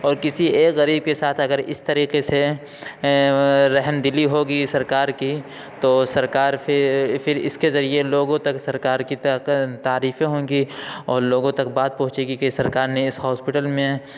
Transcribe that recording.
اور کسی ایک غریب کے ساتھ اگر اس طریقے سے رحم دلی ہوگی سرکار کی تو سرکار پھر پھر اس کے ذریعے لوگوں تک سرکار کی تعریفیں ہوں گی اور لوگوں تک بات پہنچے گی کہ سرکار نے اس ہاسپٹل میں